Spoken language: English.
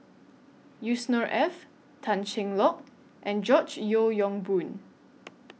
Yusnor Ef Tan Cheng Lock and George Yeo Yong Boon